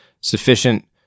sufficient